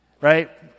right